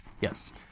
Yes